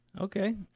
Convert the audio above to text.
okay